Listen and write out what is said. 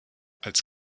als